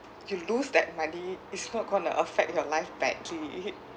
you lose that money it's not going to affect your life badly